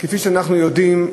כפי שאנחנו יודעים,